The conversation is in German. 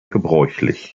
gebräuchlich